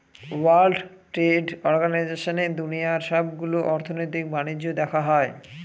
world trade অর্গানাইজেশনে দুনিয়ার সবগুলো অর্থনৈতিক বাণিজ্য দেখা হয়